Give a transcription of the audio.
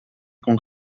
con